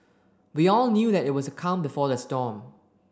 we all knew that it was the calm before the storm